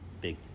big